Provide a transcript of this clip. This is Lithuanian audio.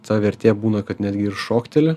ta vertė būna kad netgi ir šokteli